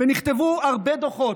ונכתבו הרבה דוחות,